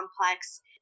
complex